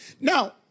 now